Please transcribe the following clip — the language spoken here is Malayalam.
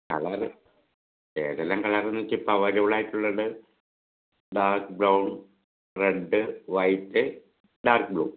കളറ് ഏതെല്ലാം കളറെന്ന് വെച്ചാൽ ഇപ്പോൾ അവൈലബിൾ ആയിട്ടുള്ളത് dark brown red white dark blue